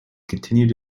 continued